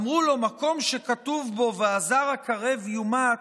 אמרו לו: מקום שכתוב בו: והזר הקרב יומת,